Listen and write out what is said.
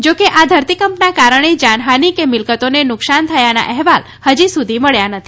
જો કે આ ધરતીકંપના કારણે જાનહાની કે મિલકતોને નુકસાન થયાના અહેવાલ ફજી સુધી મબ્યા નથી